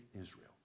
Israel